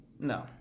No